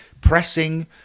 pressing